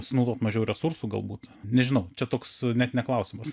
sunaudot mažiau resursų galbūt nežinau čia toks net ne klausimas